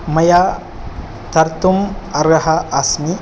मया तर्तुं अर्हा अस्मि